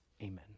Amen